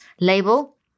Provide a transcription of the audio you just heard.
label